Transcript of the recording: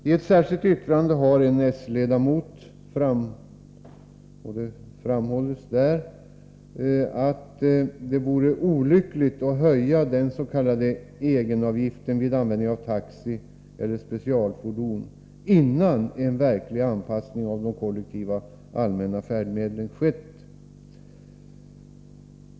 I ett särskilt yttrande framhåller en s-ledamot att det vore olyckligt att höja den s.k. egenavgiften vid användning av taxi eller specialfordon, innan en verklig anpassning av de kollektiva allmänna färdmedlen skett.